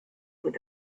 with